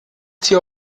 tier